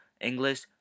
English